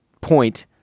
point